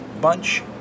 bunch